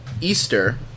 Easter